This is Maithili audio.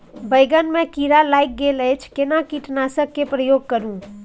बैंगन में कीरा लाईग गेल अछि केना कीटनासक के प्रयोग करू?